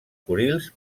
kurils